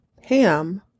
Ham